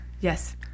Yes